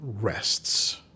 rests